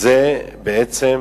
זה בעצם